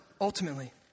Ultimately